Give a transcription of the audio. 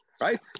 right